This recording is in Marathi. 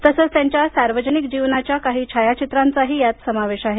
तसंच त्यांच्या सार्वजनिक जीवनाच्या काही छायाचित्रांचाही यात समावेश आहे